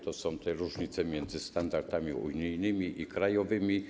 To są różnice między standardami unijnymi i krajowymi.